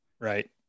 Right